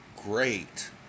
great